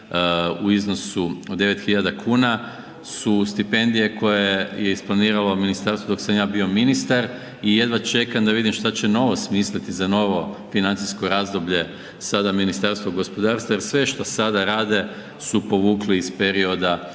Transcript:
u iznosu od 9.000 kuna su stipendije koje je isplaniralo ministarstvo dok sam ja bio ministar i jedva čekam da vidim šta će novo smisliti za novo financijsko razdoblje sada Ministarstvo gospodarstva, jer sve što sada rade su povukli iz perioda